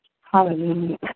hallelujah